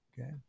okay